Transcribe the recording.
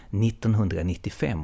1995